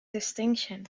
distinction